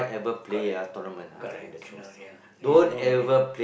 correct correct cannot ya it's not worth it